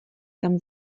tam